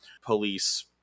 Police